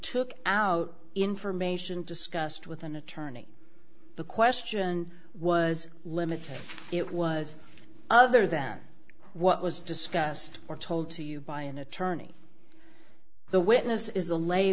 look out information discussed with an attorney the question was limited it was other than what was discussed or told to you by an attorney the witness is a lay